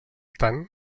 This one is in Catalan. tant